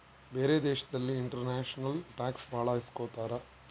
ಬೇರೆ ದೇಶದಲ್ಲಿ international tax ಭಾಳ ಇಸ್ಕೊತಾರ